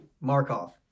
Markov